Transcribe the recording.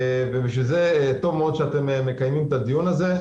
ובשביל זה טוב מאוד שאתם מקיימים את הדיון הזה.